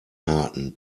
harten